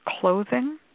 clothing